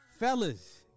Fellas